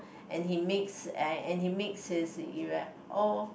and he makes and and he makes his